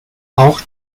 auch